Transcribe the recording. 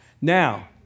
Now